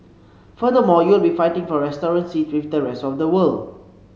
furthermore you will be fighting for restaurant seat with the rest of the world